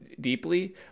deeply